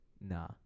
Nah